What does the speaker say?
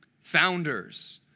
founders